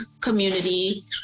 community